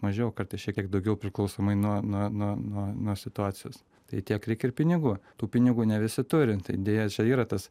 mažiau kartais šiek tiek daugiau priklausomai nuo nuo nuo nuo nuo situacijos tai tiek reik ir pinigų tų pinigų ne visi turi tai deja čia yra tas